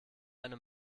eine